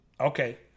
Okay